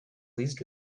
pleased